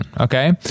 Okay